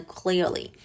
clearly